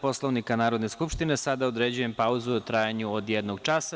Pslovnika Narodne skupštine, sada određujem pauzu u trajanju od jednog časa.